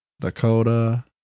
Dakota